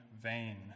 vain